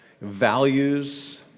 values